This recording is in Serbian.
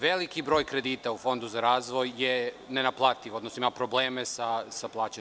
Veliki broj kredita u Fondu za razvoj je nenaplativ, odnosno ima probleme sa plaćanjem.